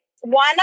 one